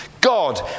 God